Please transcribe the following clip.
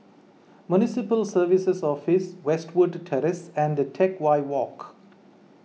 Municipal Services Office Westwood Terrace and Teck Whye Walk